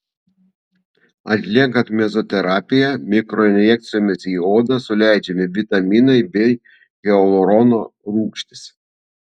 atliekant mezoterapiją mikroinjekcijomis į odą suleidžiami vitaminai bei hialurono rūgštis